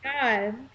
God